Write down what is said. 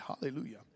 Hallelujah